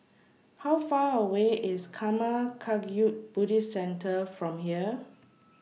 How Far away IS Karma Kagyud Buddhist Centre from here